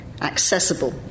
accessible